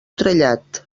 trellat